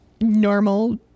normal